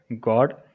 God